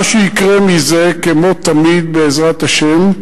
מה שיקרה מזה, כמו תמיד, בעזרת השם,